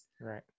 Right